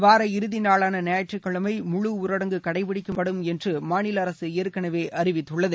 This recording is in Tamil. வார இறுதி நாளாள ஞாயிற்றுக்கிழமை முழுஊரடங்கு கடைபிடிக்கப்படும் என்று மாநில அரசு ஏற்கனவே அறிவித்துள்ளது